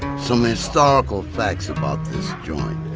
some historical facts about this joint.